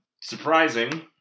surprising